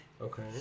Okay